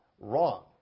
wrong